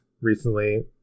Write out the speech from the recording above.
recently